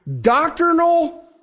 Doctrinal